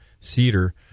cedar